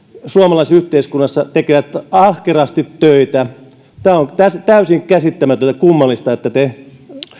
suomalaisessa yhteiskunnassa tekevät ahkerasti töitä tämä on täysin käsittämätöntä ja kummallista että te